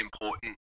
important